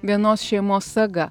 vienos šeimos saga